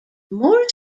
more